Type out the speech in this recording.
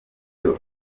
bintu